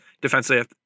defensively